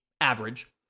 average